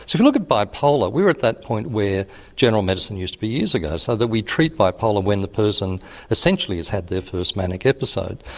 if you look at bipolar we are at that point where general medicine used to be years ago so that we treat bipolar when the person essentially has had their first manic episode.